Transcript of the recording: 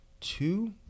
two